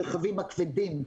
ברכבים הכבדים.